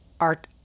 art